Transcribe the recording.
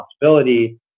responsibility